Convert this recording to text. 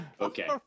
okay